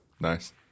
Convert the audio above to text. Nice